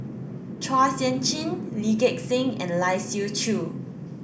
Chua Sian Chin Lee Gek Seng and Lai Siu Chiu